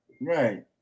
Right